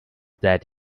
that